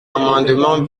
amendement